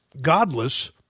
godless